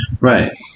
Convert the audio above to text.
Right